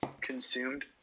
consumed